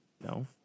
No